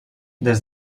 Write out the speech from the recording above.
des